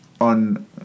On